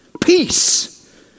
peace